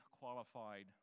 qualified